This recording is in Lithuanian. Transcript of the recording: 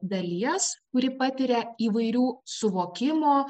dalies kuri patiria įvairių suvokimo